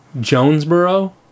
Jonesboro